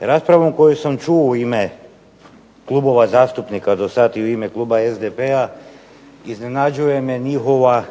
Raspravu koju sam čuo u ime klubova zastupnika dosad i u ime kluba SDP-a iznenađuje me njihova